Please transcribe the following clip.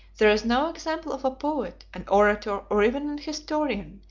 there is no example of a poet, an orator, or even an historian,